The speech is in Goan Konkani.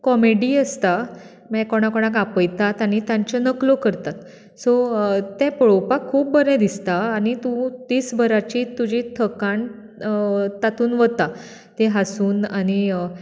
कॉमेडि आसता मागीर कोणा कोणाक आपयतात आनी तांच्यो नकलो करतात सो ते पळोवपाक खूब बरें दिसतां आनी तूं दिसभराची तुजी थकान तातुंत वता ते हांसून आनी